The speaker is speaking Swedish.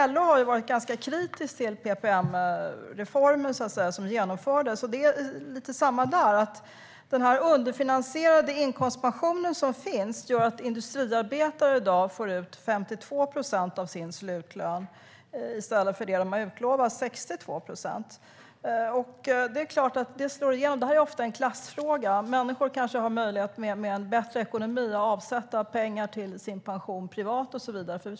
LO har varit ganska kritiskt till PPM-reformen som genomfördes. Det är lite samma där. Den underfinansierade inkomstpension som finns gör att industriarbetare i dag får ut 52 procent av sin slutlön i stället för de 62 procent som de har utlovats. Det är klart att det slår igenom. Detta är ofta en klassfråga. Människor med bättre ekonomi kanske har möjlighet att avsätta pengar till sin pension privat och så vidare.